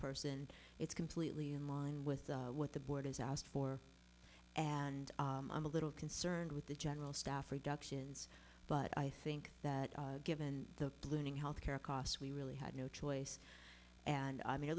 person it's completely in line with what the board has asked for and i'm a little concerned with the general staff reductions but i think that given the looming healthcare costs we really had no choice and i mean at